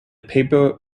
paper